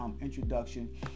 introduction